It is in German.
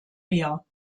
mehr